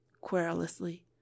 querulously